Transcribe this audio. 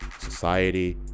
society